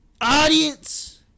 Audience